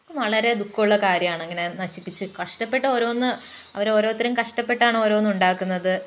വളരെ ദുഖമുള്ള കാര്യാണ് ഇങ്ങിനെ നശിപ്പിച്ച് കഷ്ടപ്പെട്ടോരോന്ന് അവരോരുത്തരും കഷ്ടപ്പെട്ടാണ് ഓരോന്നൊണ്ടാക്കുന്നത്